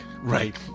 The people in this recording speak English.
right